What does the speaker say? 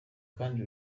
kandi